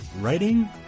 writing